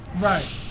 Right